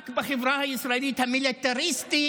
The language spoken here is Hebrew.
רק בחברה הישראלית המיליטריסטית